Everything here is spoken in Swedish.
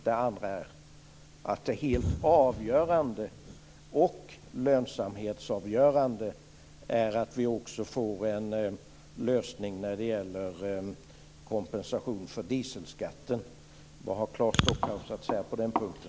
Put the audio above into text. Det andra är att det helt avgörande och lönsamhetsavgörande är att vi också får en lösning när det gäller kompensation för dieselskatten. Vad har Claes Stockhaus att säga på den punkten?